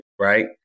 Right